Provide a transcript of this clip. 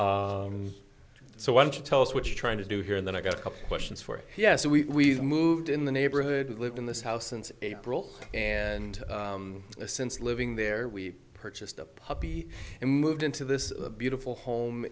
only so why don't you tell us what you're trying to do here and then i got a couple questions for yes we moved in the neighborhood lived in this house since april and since living there we purchased a puppy and moved into this beautiful home